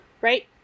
right